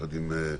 ביחד עם פרופ'